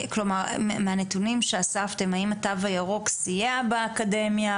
מהנתונים שאספתם האם התו הירוק סייע באקדמיה,